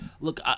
Look